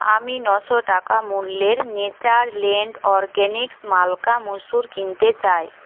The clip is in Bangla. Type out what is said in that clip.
আমি নশো টাকা মূল্যের নেচার ল্যান্ড অরগ্যানিক্স মলকা মসুর কিনতে চাই